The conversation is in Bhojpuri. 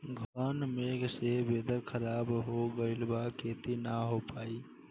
घन मेघ से वेदर ख़राब हो गइल बा खेती न हो पाई